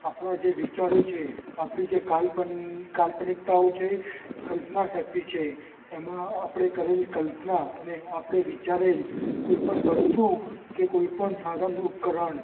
આપણા જે વિચારો છે આપણી જે કાલ્પન કાલ્પનિકતાઓ છે કલ્પના શક્તિ છે એમાં આપણે કરેલી કલ્પના અને આપણે વિચારેલી કોઈપણ વસ્તુ કે કોઈપણ સાધન ઉપકરણ